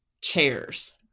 chairs